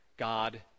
God